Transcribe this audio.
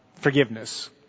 forgiveness